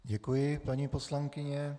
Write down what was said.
Děkuji, paní poslankyně.